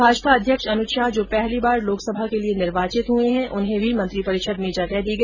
भाजपा अध्यक्ष अमित शाह जो पहली बार लोकसभा के लिए निर्वाचित हुए है उन्हें भी मंत्रिपरिषद में शामिल किया गया